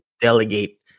delegate